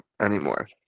anymore